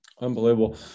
Unbelievable